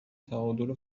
تعادل